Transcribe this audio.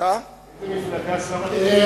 מאיזו מפלגה שר הפנים?